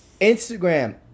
Instagram